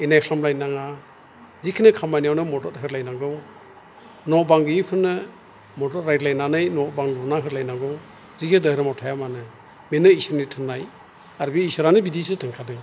इनाय खालामलायनो नाङा जिखिनि खामानियावनो मदद होलायनांगौ न' बां गोयैफोरनो मदद रायलायनानै न'बां लुना होलायनांगौ जिखि धोरोमाव थाया मानो बेनो इसोरनि थोन्नाय आर बे इसोरानो बिदिसो थिनखादों